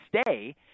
stay